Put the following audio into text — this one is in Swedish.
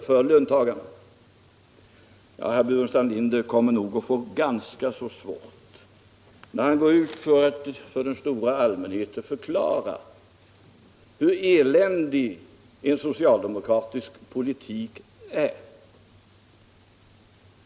Herr Burenstam Linder kommer nog att få ganska svårt när han går ut för att inför den stora allmänheten förklara hur eländig socialdemokratisk politik är.